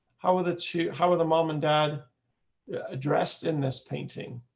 how are the two. how are the mom and dad addressed in this painting.